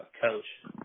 coach